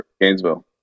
Gainesville